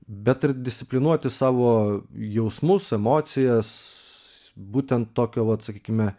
bet ir disciplinuoti savo jausmus emocijas būti ten tokio vat sakykime